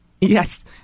Yes